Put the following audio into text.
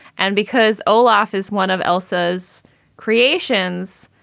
and because olaf is one of elsa's creations.